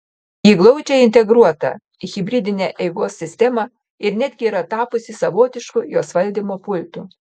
ji glaudžiai integruota į hibridinę eigos sistemą ir netgi yra tapusi savotišku jos valdymo pultu